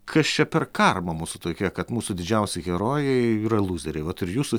kas čia per karma mūsų tokia kad mūsų didžiausi herojai yra lūzeriai vat ir jūsų